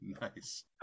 Nice